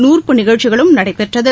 நுற்பு நிகழ்ச்சிகளும் நடைபெற்றது